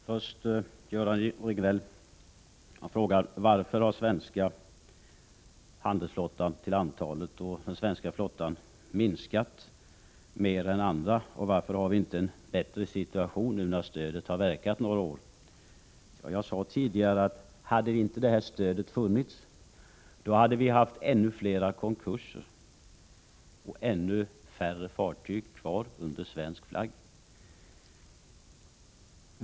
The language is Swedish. Herr talman! Göran Riegnell frågar varför den svenska handelsflottans numerär har minskat mer än andra och varför vi inte har en bättre situation nu när stödet har varit verksamt under några år. Jag sade tidigare att om detta stöd inte hade funnits, hade vi haft ännu flera konkurser och ännu färre fartyg kvar under svensk flagg.